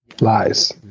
Lies